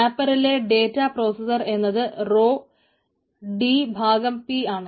മാപ്പറിലെ data producer എന്നത് റൊ Dp ആണ്